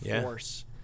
force